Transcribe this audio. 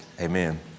Amen